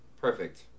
Perfect